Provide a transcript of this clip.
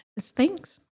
Thanks